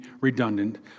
redundant